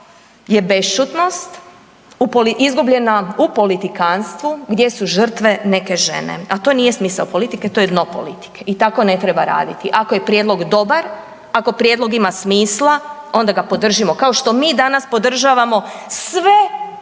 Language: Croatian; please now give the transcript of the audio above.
izgubljena u politikantstvu gdje su žrtve neke žene, a to nije smisao politike, to je dno politike i tako ne treba raditi. Ako je prijedlog dobar, ako prijedlog ima smisla, onda ga podržimo, kao što mi danas podržavao sve što ste